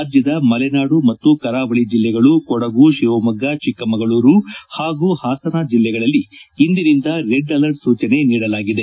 ರಾಜ್ದದ ಮಲೆನಾಡು ಮತ್ತು ಕರಾವಳಿ ಜಲ್ಲೆಗಳು ಕೊಡಗು ಶಿವಮೊಗ್ಗ ಚಿಕ್ಕಮಗಳೂರು ಪಾಗೂ ಪಾಸನ ಜಲ್ಲೆಗಳಲ್ಲಿ ಇಂದಿನಿಂದ ರೆಡ್ ಅಲರ್ಟ್ ಸೂಜನೆ ನೀಡಲಾಗಿದೆ